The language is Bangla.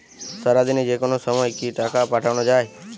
সারাদিনে যেকোনো সময় কি টাকা পাঠানো য়ায়?